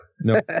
no